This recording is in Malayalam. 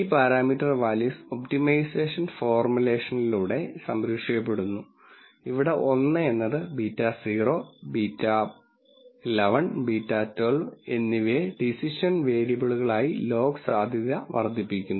ഈ പാരാമീറ്റർ വാല്യൂസ് ഒപ്റ്റിമൈസേഷൻ ഫോർമുലേഷനിലൂടെ സംരക്ഷിക്കപ്പെടുന്നു ഇവിടെ 1 എന്നത് β0 β11 β12 എന്നിവയെ ഡിസിഷൻ വേരിയബിളുകളായി ലോഗ് സാധ്യത വർദ്ധിപ്പിക്കുന്നു